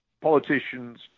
politicians